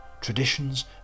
traditions